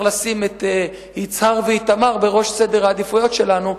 לשים את יצהר ואיתמר בראש סדר העדיפויות שלנו,